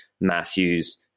Matthews